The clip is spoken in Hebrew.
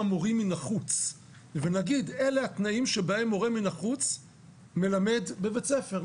מורים מן החוץ ונגיד שאלה התנאים בהם מורה מן החוץ מלמד בבית ספר.